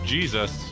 Jesus